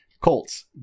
Colts